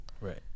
Right